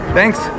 Thanks